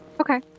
Okay